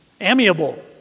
amiable